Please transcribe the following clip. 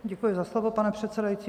Děkuji za slovo, pane předsedající.